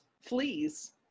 fleas